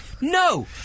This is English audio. no